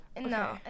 No